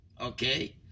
Okay